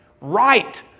Right